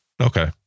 okay